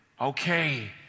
okay